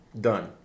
done